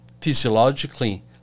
physiologically